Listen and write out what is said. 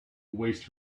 waste